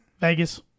Vegas